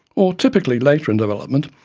or, typically later in development,